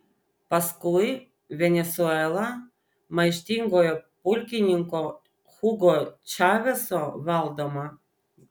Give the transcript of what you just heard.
paskui venesuela maištingojo pulkininko hugo čaveso valdoma